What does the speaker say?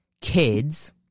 kids